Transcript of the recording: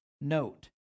Note